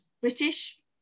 British